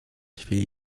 chwili